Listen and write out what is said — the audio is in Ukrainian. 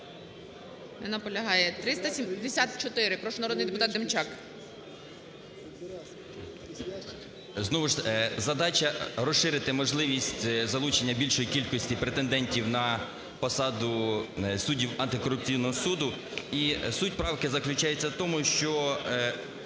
наполягає. 374. Прошу, народний депутат Демчак. 10:53:20 ДЕМЧАК Р.Є. Задача розширити можливість залучення більшої кількості претендентів на посаду суддів антикорупційного суду. І суть правки заключається в тому, що